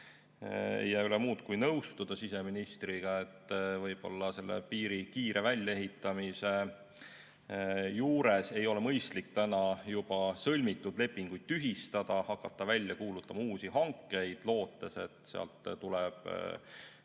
jää üle muud kui nõustuda siseministriga, et võib-olla piiri kiire väljaehitamise juures ei ole mõistlik juba sõlmitud lepinguid tühistada, hakata välja kuulutama uusi hankeid, lootes, et tuleb